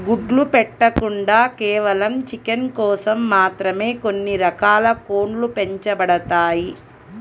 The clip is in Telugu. గుడ్లు పెట్టకుండా కేవలం చికెన్ కోసం మాత్రమే కొన్ని రకాల కోడ్లు పెంచబడతాయి